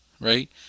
right